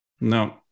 no